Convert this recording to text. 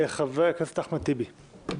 חבר הכנסת אחמד טיבי.